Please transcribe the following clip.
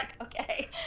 okay